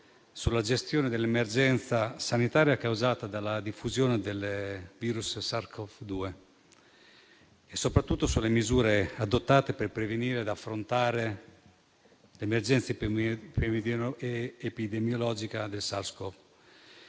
sulla gestione dell'emergenza sanitaria causata dalla diffusione epidemica del virus SARS-CoV-2 e sulle misure adottate per prevenire e affrontare l'emergenza epidemiologica da SARS-CoV-2,